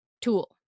tool